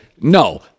no